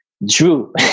Drew